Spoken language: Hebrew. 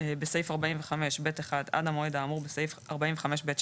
בסעיף 45(ב)(1) עד המועד כאמור בסעיף 45(ב)(2),